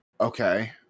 Okay